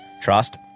trust